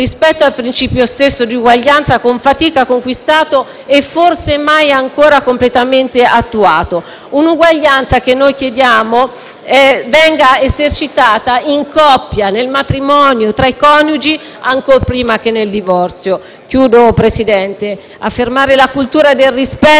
rispetto al principio stesso di uguaglianza, conquistato con fatica e forse mai ancora completamente attuato; un'uguaglianza che noi chiediamo venga esercitata in coppia, nel matrimonio, tra i coniugi, ancor prima che nel divorzio. Concludo, signor Presidente, sottolineando che affermare la cultura del rispetto